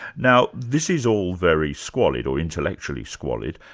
now this is all very squalid, or intellectually squalid,